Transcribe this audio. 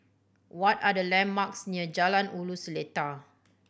what are the landmarks near Jalan Ulu Seletar